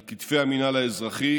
על כתפי המינהל האזרחי